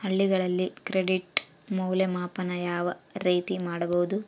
ಹಳ್ಳಿಗಳಲ್ಲಿ ಕ್ರೆಡಿಟ್ ಮೌಲ್ಯಮಾಪನ ಯಾವ ರೇತಿ ಪಡೆಯುವುದು?